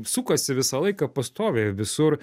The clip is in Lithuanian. sukasi visą laiką pastoviai visur